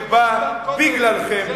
שבא בגללכם,